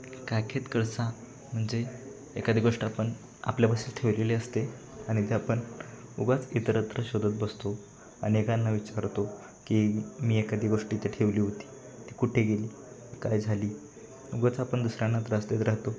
काखेत कळसा म्हणजे एखादी गोष्ट आपण आपल्यापाशी ठेवलेली असते आणि ते आपण उगाच इतरत्र शोधत बसतो अनेकांना विचारतो की मी एखादी गोष्ट इथे ठेवली होती ती कुठे गेली काय झाली उगाच आपण दुसऱ्यांना त्रास देत राहतो